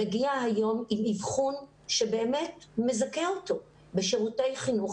מגיע היום עם אבחון שבאמת מזכה אותו בשירותי חינוך